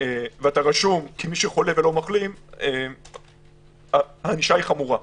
ואתה רשום כמי שחולה ולא מחלים - הענישה היא חמורה.